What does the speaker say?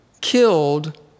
killed